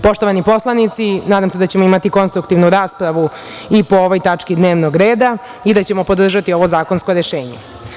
Poštovani poslanici, nadam se da ćemo imati konstruktivnu raspravu i po ovoj tački dnevnog reda i da ćemo podržati ovo zakonsko rešenje.